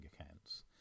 Accounts